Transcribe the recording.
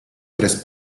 tres